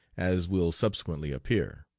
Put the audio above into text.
as will subsequently appear.